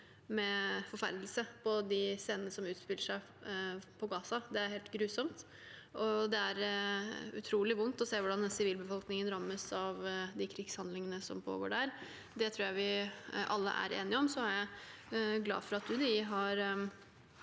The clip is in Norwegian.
med forferdelse på de scenene som utspiller seg på Gaza. Det er helt grusomt. Det er utrolig vondt å se hvordan sivilbefolkningen rammes av de krigshandlingene som pågår der. Det tror jeg vi alle er enige om. Jeg er